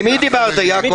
אפשר לדעת עם מי דיברת, יעקב?